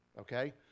okay